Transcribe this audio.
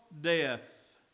death